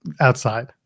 outside